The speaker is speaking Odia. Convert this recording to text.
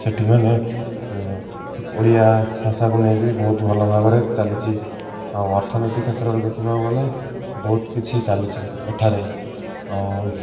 ସେଇଠି ମାନ ଓଡ଼ିଆ ଭାଷାକୁ ନେଇକିରି ବହୁତ ଭଲ ଭାବରେ ଚାଲିଛି ଆଉ ଅର୍ଥନୀତି କ୍ଷେତ୍ରରେ ଦେଖିବାକୁ ଗଲେ ବହୁତ କିଛି ଚାଲିଛି ଏଠାରେ ଆଉ